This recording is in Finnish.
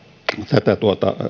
tätä